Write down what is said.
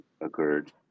occurred